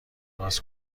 باز